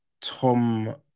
Tom